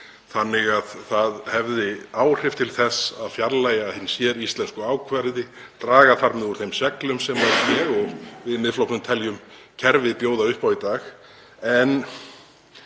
þannig að það hefði áhrif til þess að fjarlægja hin séríslensku ákvæði, draga þar með úr þeim seglum sem ég og við í Miðflokknum teljum kerfið bjóða upp á í dag.